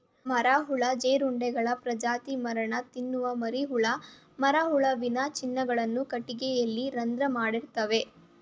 ಮರಹುಳು ಜೀರುಂಡೆಗಳ ಪ್ರಜಾತಿ ಮರನ ತಿನ್ನುವ ಮರಿಹುಳ ಮರಹುಳುವಿನ ಚಿಹ್ನೆಗಳು ಕಟ್ಟಿಗೆಯಲ್ಲಿ ರಂಧ್ರ ಮಾಡಿರ್ತವೆ